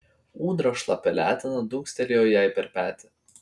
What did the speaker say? ūdra šlapia letena dunkstelėjo jai per petį